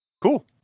Cool